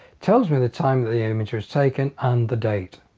tells me the time the the image was taken and the date.